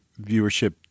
viewership